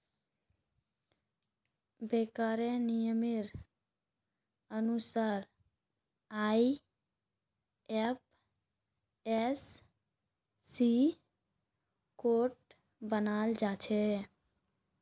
बैंकेर नियमेर अनुसार आई.एफ.एस.सी कोड बनाल जाछे